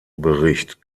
bericht